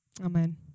Amen